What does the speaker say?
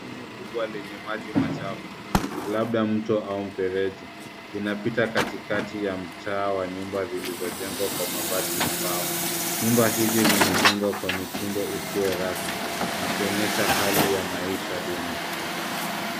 Shimo kubwa lenye maji machafu labda mto au mfereji. Inapita katikati ya mtaa wa nyumba zilizojengwa kwa mabati na mbao. Nyumba hizi zimejengwa kwa mtindo usio rasmi zikionyesha hali ya maisha duni.